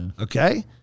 Okay